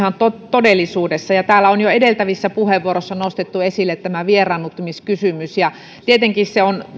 todellisuudessa täällä on jo edeltävissä puheenvuoroissa nostettu esille tämä vieraannuttamiskysymys tietenkin se